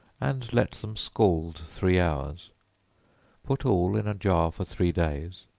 and let them scald three hours put all in a jar for three days,